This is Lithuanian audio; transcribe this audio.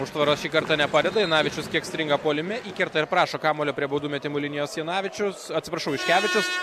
užtvaros šį kartą nepadeda janavičius kiek stringa puolime įkerta ir prašo kamuolio prie baudų metimų linijos jonavičius atsiprašau juškevičius